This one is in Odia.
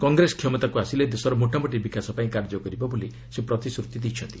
କଂଗ୍ରେସ କ୍ଷମତାକୁ ଆସିଲେ ଦେଶର ମୋଟାମୋଟି ବିକାଶ ପାଇଁ କାର୍ଯ୍ୟ କରିବ ବୋଲି ସେ ପ୍ରତିଶ୍ରତି ଦେଇଛନ୍ତି